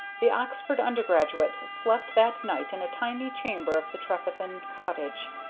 the oxford undergraduate slept that night in a tiny chamber of the trefethen cottage,